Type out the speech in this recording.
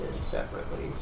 separately